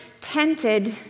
tented